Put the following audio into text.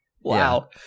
wow